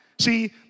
See